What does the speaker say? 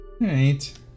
right